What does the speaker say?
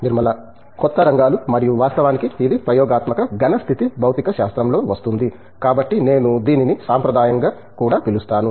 నిర్మలా కొత్త రంగాలు మరియు వాస్తవానికి ఇది ప్రయోగాత్మక ఘన స్థితి భౌతికశాస్త్రం లో వస్తుంది కాబట్టి నేను దీనిని సంప్రదాయంగా కూడా పిలుస్తాను